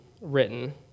written